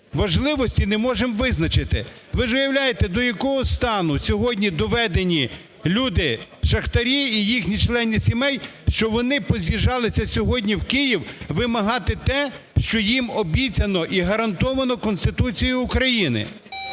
важливості не можемо визначити. Ви ж уявляєте, до якого стану сьогодні доведені люди, шахтарі і їхні члени сімей, що вони поз'їжджалися сьогодні в Київ вимагати те, що їм обіцяно і гарантовано Конституцією України.